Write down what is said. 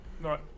Right